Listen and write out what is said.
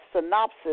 synopsis